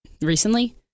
recently